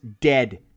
dead